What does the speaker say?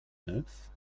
neuf